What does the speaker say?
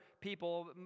people